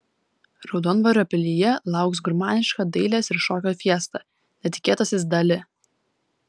raudondvario pilyje lauks gurmaniška dailės ir šokio fiesta netikėtasis dali